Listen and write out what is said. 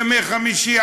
ימי חמישי,